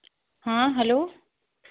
हाँ हलो